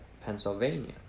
Pennsylvania